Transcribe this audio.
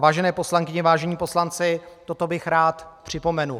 Vážené poslankyně, vážení poslanci, toto bych rád připomenul.